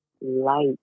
light